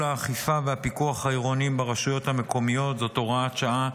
האכיפה והפיקוח העירוניים ברשויות המקומיות (הוראת שעה)